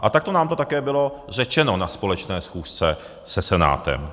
A takto nám to také bylo řečeno na společné schůzce se Senátem.